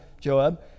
Joab